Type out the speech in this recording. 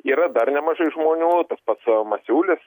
yra dar nemažai žmonių tas pats masiulis